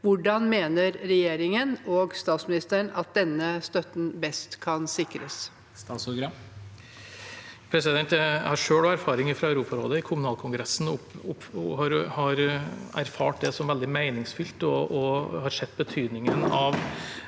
Hvordan mener regjeringen og statsministeren at denne støtten best kan sikres? Statsråd Bjørn Arild Gram Jeg har selv erfaringer fra Europarådet, i kommunalkongressen. Jeg har erfart det som veldig meningsfylt og har sett betydningen av